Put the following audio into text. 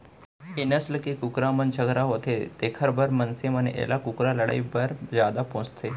ए नसल के कुकरा मन झगरहा होथे तेकर बर मनसे मन एला कुकरा लड़ई बर जादा पोसथें